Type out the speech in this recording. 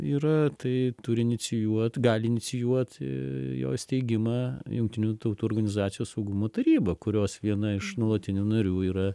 yra tai turi inicijuot gali inicijuot jo įsteigimą jungtinių tautų organizacijos saugumo taryba kurios viena iš nuolatinių narių yra